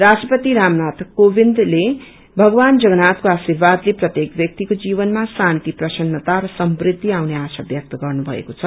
राष्ट्रपति रामनाथ कोविन्दले भगवान जगन्नाथक्रो आर्शीवादले प्रत्येक व्याक्तिको जीवनमा शान्ति प्रसन्नता र समृद्धि आउने आशा व्यक्त गर्नुभएको छ